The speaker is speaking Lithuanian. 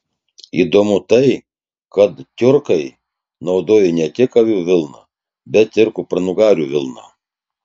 įdomu tai kad tiurkai naudojo ne tik avių vilną bet ir kupranugarių vilną